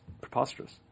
preposterous